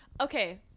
Okay